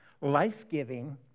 life-giving